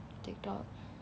Tik Tok